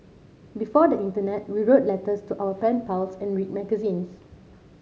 before the internet we wrote letters to our pen pals and read magazines